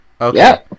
okay